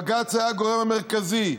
בג"ץ היה הגורם המרכזי,